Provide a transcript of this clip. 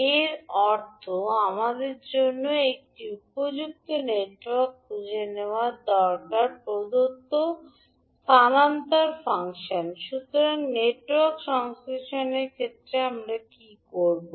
এর অর্থ আমাদের জন্য একটি উপযুক্ত নেটওয়ার্ক খুঁজে নেওয়া দরকার প্রদত্ত স্থানান্তর ফাংশন সুতরাং নেটওয়ার্ক সংশ্লেষণের ক্ষেত্রে আমরা কী করব